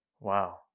Wow